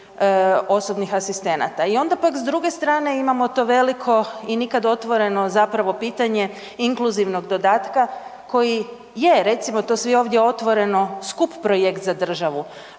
osobnih asistenata i onda pak s druge strane imamo to veliko i nikad otvoreno zapravo pitanje inkluzivnog dodatka koji je, recimo to svi ovdje otvoreno, skup projekt za državu,